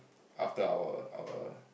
after our our